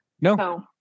No